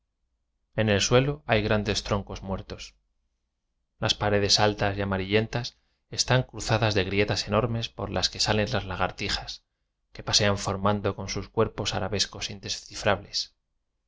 en el suelo hay grandes troncos muertos las paredes altas y amarillentas están cru zadas de grietas enormes por las que salen las lagartijas que pasean formando con sus cuerpos arabescos indescifrables